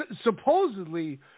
Supposedly